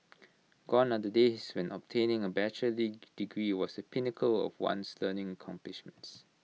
gone are the days when obtaining A bachelor's degree was the pinnacle of one's learning accomplishments